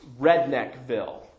Redneckville